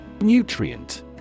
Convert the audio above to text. Nutrient